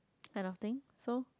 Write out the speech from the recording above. kind of thing so